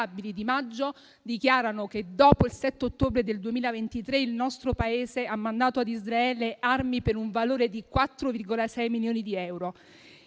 - dichiarano che, dopo il 7 ottobre 2023, il nostro Paese ha mandato ad Israele armi per un valore di 4,6 milioni di euro.